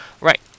Right